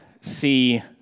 see